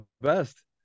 best